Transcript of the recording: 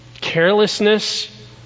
carelessness